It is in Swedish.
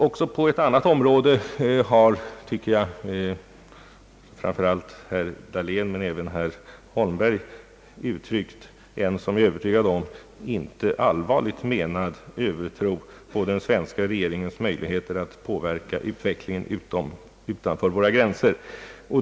Också på ett annat område har framför allt herr Dahlén men även herr Holmberg uttryckt en, som jag är övertygad om, inte allvarligt menad övertro på den svenska regeringens möjligheter att påverka utvecklingen utanför våra gränser.